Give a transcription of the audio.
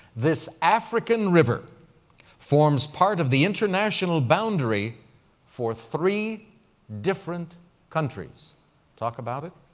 this african river forms part of the international boundary for three different countries talk about it